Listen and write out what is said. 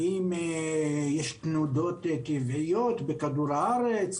האם יש תנודות טבעיות בכדור הארץ,